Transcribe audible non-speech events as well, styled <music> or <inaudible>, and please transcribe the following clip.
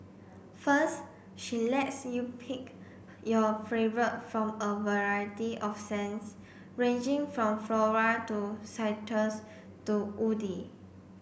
first she lets you pick your <unintelligible> from a variety of scents ranging from floral to citrus to woody